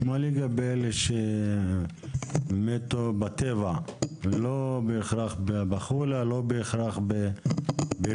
מה לגבי אלה שמתו בטבע, לא בהכרח בחולה או בלול?